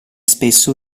spesso